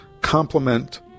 complement